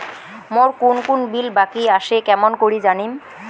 মোর কুন কুন বিল বাকি আসে কেমন করি জানিম?